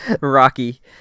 Rocky